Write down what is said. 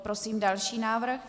Prosím další návrh.